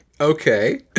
Okay